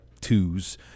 twos